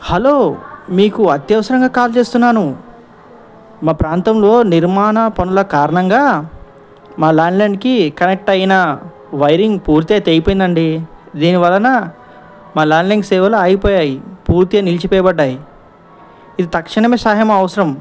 hello మీకు అతవసరంగా call చేస్తున్నాను మా ప్రాంతంలో నిర్మాణ పనుల కారణంగా మా ల్యాండ్లైన్కి కనెక్ట్ అయిన వైరింగ్ పూర్తిగా తెగిపోయిందండి దీనివలన మా ల్యాండ్లైన్ సేవలు ఆగిపోయాయి పూర్తి నిలిచిపోయాయి ఇది తక్షణమే సహాయం అవసరం